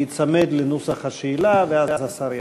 להיצמד לנוסח השאלה ואז השר ישיב.